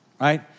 right